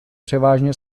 převážně